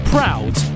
Proud